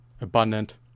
abundant